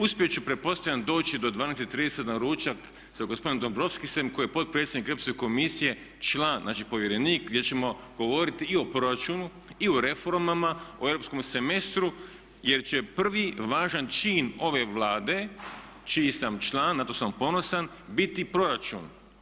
Uspjet ću pretpostavljam doći do 12,30 na ručak sa gospodinom Dombrovskisom koji je potpredsjednik Europske komisije, član, znači povjerenik gdje ćemo govoriti i o proračunu i o reformama o europskom semestru jer će prvi važan čin ove Vlade čiji sam član, na to sam ponosan biti proračun.